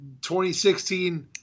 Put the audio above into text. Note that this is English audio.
2016